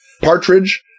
Partridge